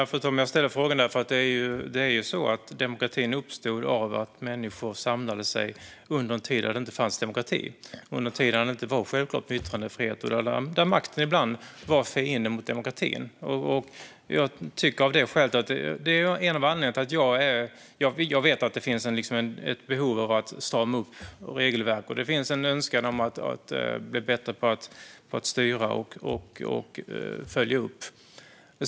Fru talman! Jag ställde frågan eftersom demokratin uppstod av att människor samlade sig under en tid när det inte fanns demokrati, under en tid när det inte var självklart med yttrandefrihet och där makten ibland var fiende till demokratin. Jag vet att det finns ett behov av att strama upp regelverk, och det finns en önskan om att bli bättre på att styra och följa upp.